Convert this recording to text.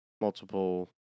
multiple